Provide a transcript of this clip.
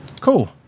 cool